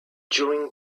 during